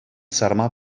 сарма